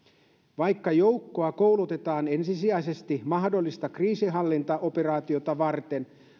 vaikka joukkoa koulutetaan ensisijaisesti mahdollista kriisinhallintaoperaatiota varten